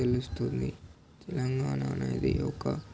తెలుస్తుంది తెలంగాణ అనేది ఒక